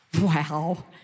wow